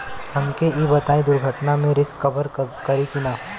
हमके ई बताईं दुर्घटना में रिस्क कभर करी कि ना?